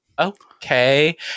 okay